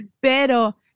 pero